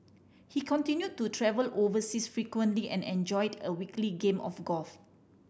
he continue to travel overseas frequently and enjoyed a weekly game of golf